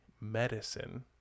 medicine